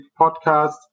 podcast